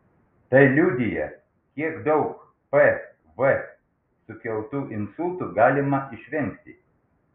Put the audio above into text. tai liudija kiek daug pv sukeltų insultų galima išvengti